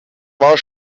war